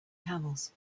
camels